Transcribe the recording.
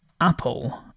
Apple